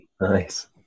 Nice